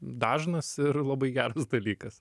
dažnas ir labai geras dalykas